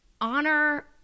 Honor